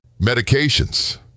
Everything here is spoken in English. Medications